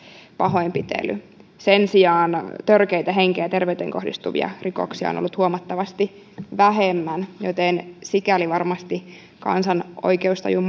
pahoinpitely sen sijaan törkeitä henkeen ja terveyteen kohdistuvia rikoksia on ollut huomattavasti vähemmän joten sikäli varmasti kansan oikeustajun